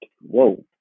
whoa